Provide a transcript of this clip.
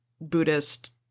Buddhist